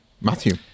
Matthew